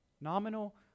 Nominal